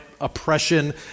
oppression